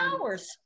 hours